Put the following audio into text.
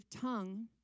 tongue